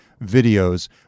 videos